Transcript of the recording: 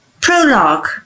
Prologue